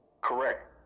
Correct